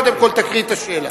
קודם כול תקריא את השאלה.